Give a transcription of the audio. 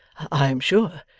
i am sure.